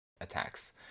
attacks